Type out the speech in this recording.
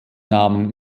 namen